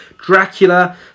Dracula